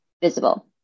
visible